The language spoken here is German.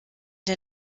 der